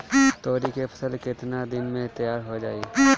तोरी के फसल केतना दिन में तैयार हो जाई?